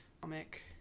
comic